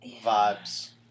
Vibes